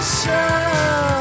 show